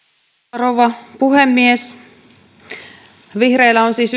rouva puhemies vihreillä on siis